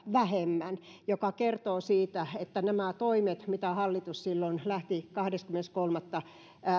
vähemmän mikä kertoo siitä että nämä toimet mitä hallitus silloin kahdeskymmenes kolmatta